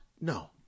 No